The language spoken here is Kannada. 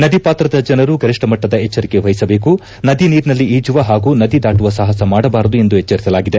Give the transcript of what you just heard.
ನದಿಪಾತ್ರದ ಜನರು ಗರಿಷ್ಠಮಟ್ಟದ ಎಚ್ಚರಿಕೆ ವಹಿಸಬೇಕು ನದಿ ನೀರಿನಲ್ಲಿ ಈಜುವ ಹಾಗೂ ನದಿ ದಾಟುವ ಸಾಹಸ ಮಾಡಬಾರದು ಎಂದು ಎಚ್ಲರಿಸಲಾಗಿದೆ